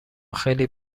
خیلی